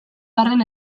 arren